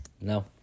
No